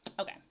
Okay